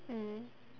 mm